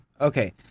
Okay